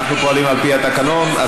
אנחנו פועלים על-פי התקנון.